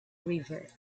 river